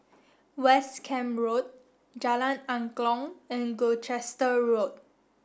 West Camp Road Jalan Angklong and Gloucester Road